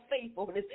faithfulness